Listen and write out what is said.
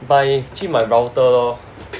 by 去买 my router lor